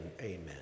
amen